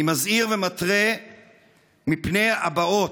אני מזהיר ומתרה מפני הבאות.